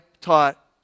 taught